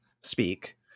speak